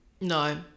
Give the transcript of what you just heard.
No